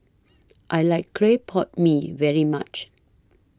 I like Clay Pot Mee very much